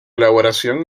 elaboración